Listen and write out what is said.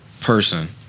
Person